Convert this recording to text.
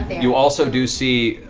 you also do see,